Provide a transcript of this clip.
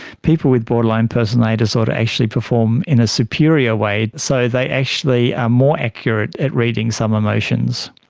people with borderline personality disorder actually perform in a superior way, so they actually are more accurate at reading some emotions.